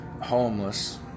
homeless